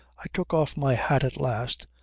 i took off my hat at last,